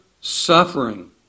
suffering